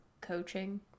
coaching